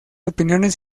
opiniones